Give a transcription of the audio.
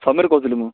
ସମୀର କହୁଥିଲି ମୁଁ